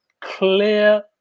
clear